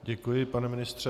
Děkuji, pane ministře.